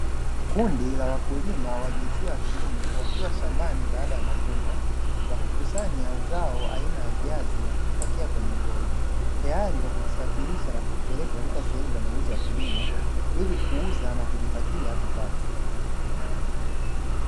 Kundi la wakulima wa jinsia ya kiume wakiwa shambani baada ya mavuno, wakikusanya zao aina ya viazi na kuvipakia kwenye ndoo, tayari kwa kuvisafirisha na kuvipeleka katika sehemu za mauzo ya kilimo ili kuuza na kujipatia kipato.